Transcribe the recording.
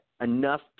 enough